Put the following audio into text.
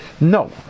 No